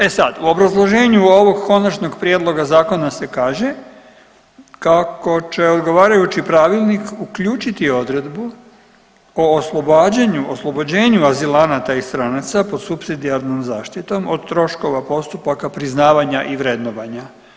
E sad, u obrazloženju ovog konačnog prijedloga zakona se kaže kako će odgovarajući pravilnik uključiti odredbu o oslobođenju azilanata i stranaca pod supsidijarnom zaštitom od troškova postupaka priznavanja i vrednovanja.